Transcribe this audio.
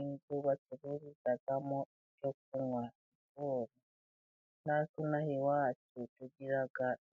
Inzu bacururizamo icyo kunywa, sikoro. Natwe inaha iwacu tugira